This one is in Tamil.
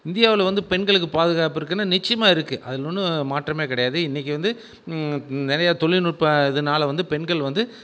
இந்தியாவில் வந்து பெண்களுக்கு பாதுகாப்பு இருக்குனால் நிச்சியமாக இருக்குது அதில் ஒன்றும் மாற்றமே கிடையாது இன்றைக்கு வந்து நிறைய தொழில்நுட்ப இதனால வந்து பெண்கள் வந்து